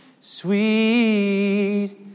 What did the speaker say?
sweet